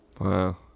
Wow